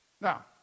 Now